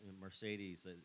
Mercedes